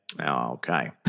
Okay